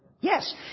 Yes